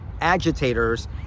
agitators